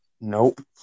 Nope